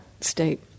state